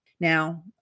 Now